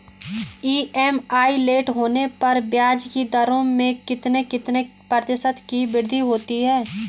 EMI late होने पर ब्याज की दरों में कितने कितने प्रतिशत की वृद्धि होती है?